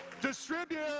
Distribute